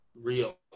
real